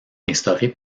instauré